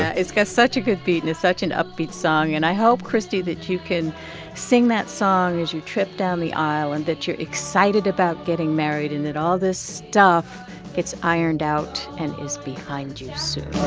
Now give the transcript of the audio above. ah it's got such a good beat, and it's such an upbeat song. and i hope, christie, that you can sing that song as you trip down the aisle, and that you're excited about getting married, and that all this stuff gets ironed out and is behind you soon